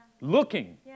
looking